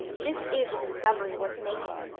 this is a discovery worth making.